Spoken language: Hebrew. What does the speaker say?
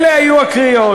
אלה היו הקריאות.